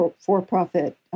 for-profit